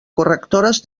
correctores